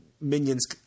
minions